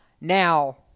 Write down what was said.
Now